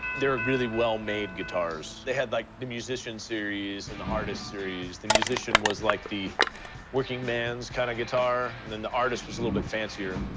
they're really well-made guitars. they had like the musician series and the artist series. the musician was like the working man's kind of guitar. and then the artist was a little bit fancier.